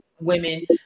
women